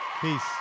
Peace